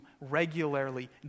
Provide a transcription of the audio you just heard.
regularly